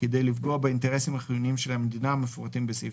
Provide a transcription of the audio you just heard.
כדי לפגוע באינטרסים החיוניים של המדינה המפורטים בסעיף